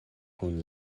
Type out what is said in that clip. kun